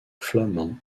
flamands